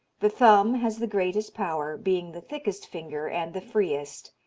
the thumb has the greatest power, being the thickest finger and the freest.